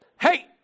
Hey